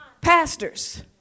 Pastors